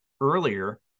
earlier